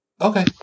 Okay